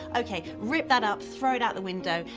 okay, rip that up, throw it out the window.